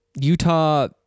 Utah